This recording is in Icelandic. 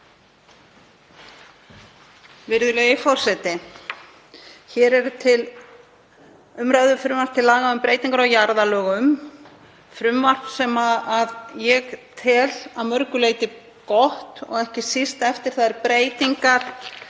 Virðulegi forseti. Hér er til umræðu frumvarp til laga um breytingar á jarðalögum, frumvarp sem ég tel að mörgu leyti gott, ekki síst eftir þær breytingar